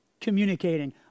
Communicating